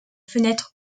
fenêtre